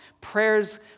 prayers